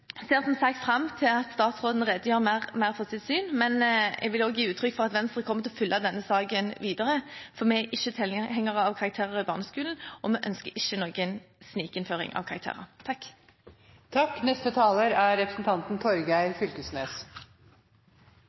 ser som sagt fram til at statsråden redegjør mer for sitt syn, men jeg vil også gi uttrykk for at Venstre kommer til å følge denne saken videre, for vi er ikke tilhengere av karakterer i barneskolen, og vi ønsker ikke noen snikinnføring av